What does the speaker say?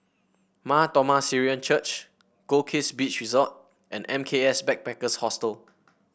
Mar Thoma Syrian Church Goldkist Beach Resort and M K S Backpackers Hostel